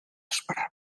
esperava